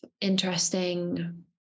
interesting